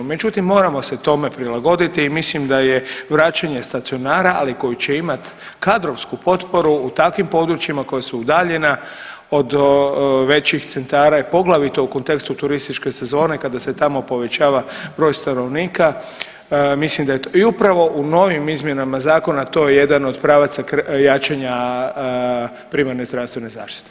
Međutim moramo se tome prilagoditi i mislim da je vraćanje stacionara ali koji će imati kadrovsku potporu u takvim područjima koja su udaljena od većih centara i poglavito u kontekstu turističke sezone kada se tamo povećava broj stanovnika, mislim da je to i upravo u novim izmjenama zakona to je jedan od pravaca jačanja primarne zdravstvene zaštite.